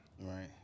Right